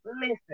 Listen